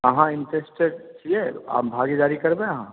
अहाँ इंट्रेस्टेड छियै भागीदारी करबै अहाँ